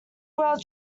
world